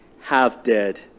half-dead